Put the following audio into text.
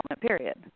period